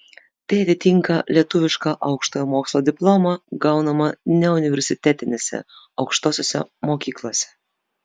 tai atitinka lietuvišką aukštojo mokslo diplomą gaunamą neuniversitetinėse aukštosiose mokyklose